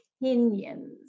opinions